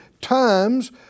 times